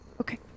Okay